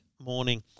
morning